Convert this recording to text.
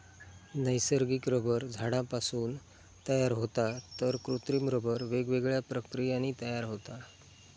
नैसर्गिक रबर झाडांपासून तयार होता तर कृत्रिम रबर वेगवेगळ्या प्रक्रियांनी तयार होता